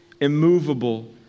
immovable